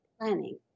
planning